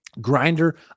grinder